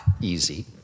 easy